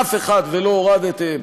אף אחד, ולא הורדתם.